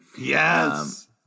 Yes